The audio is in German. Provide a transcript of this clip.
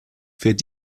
fährt